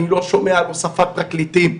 אני לא שומע על הוספת פרקליטים,